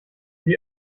sie